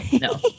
No